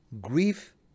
Grief